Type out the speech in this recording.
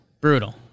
Brutal